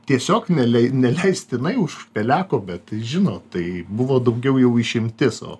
tiesiog nelei neleistinai už peleko bet žinot tai buvo daugiau jau išimtis o